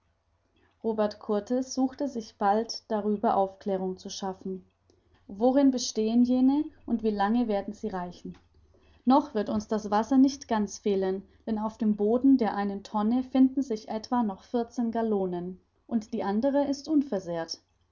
robert kurtis suchte sich bald darüber aufklärung zu schaffen worin bestehen jene und wie lange zeit werden sie reichen noch wird uns das wasser nicht ganz fehlen denn auf dem boden der einen tonne finden sich etwa noch vierzehn gallonen und die andere ist unversehrt